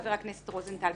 חבר הכנסת רוזנטל.